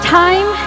time